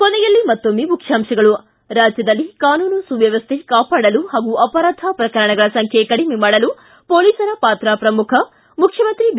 ಕೊನೆಯಲ್ಲಿ ಮತ್ತೊಮ್ನೆ ಮುಖ್ಯಾಂಶಗಳು ಿ ರಾಜ್ಯದಲ್ಲಿ ಕಾನೂನು ಸುವ್ಕವಸ್ಥೆ ಕಾಪಾಡಲು ಹಾಗೂ ಅಪರಾಧ ಪ್ರಕರಣಗಳ ಸಂಖ್ಯೆ ಕಡಿಮೆ ಮಾಡಲು ಪೋಲೀಸರ ಪಾತ್ರ ಪ್ರಮುಖ ಮುಖ್ಯಮಂತ್ರಿ ಬಿ